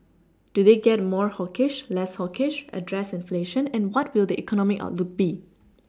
do they get more hawkish less hawkish address inflation and what will the economic outlook be